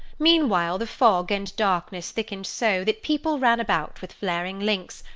meanwhile the fog and darkness thickened so, that people ran about with flaring links,